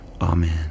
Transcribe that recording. Amen